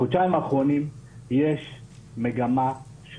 בחודשיים האחרונים יש מגמה,